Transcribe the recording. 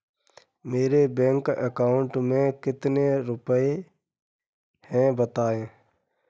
मेरे bank account में कितने रुपए हैं बताएँ?